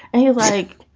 and he's like,